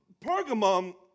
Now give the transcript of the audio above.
Pergamum